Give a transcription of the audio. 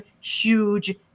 huge